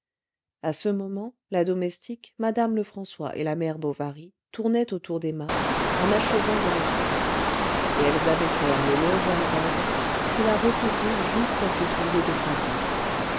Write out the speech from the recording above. à ce moment la domestique madame lefrançois et la mère bovary tournaient autour d'emma en achevant de l'habiller et elles abaissèrent le long voile raide qui la recouvrit jusqu'à ses souliers de satin